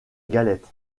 galette